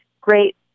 great